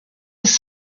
was